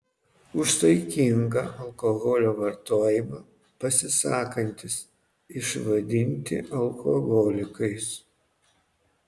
už saikingą alkoholio vartojimą pasisakantys išvadinti alkoholikais